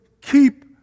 keep